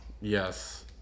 yes